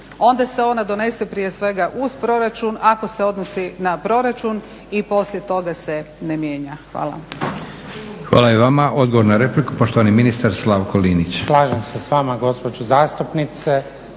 onda se onda donese prije svega uz proračun, ako se odnosi na proračun i poslije toga se ne mijenja. Hvala.